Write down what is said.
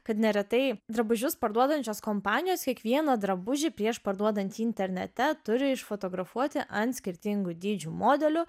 kad neretai drabužius parduodančios kompanijos kiekvieną drabužį prieš parduodant jį internete turi išfotografuoti ant skirtingų dydžių modelių